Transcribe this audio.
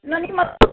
ನನಗೆ ಮ